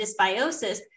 dysbiosis